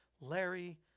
Larry